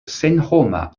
senhoma